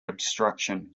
obstruction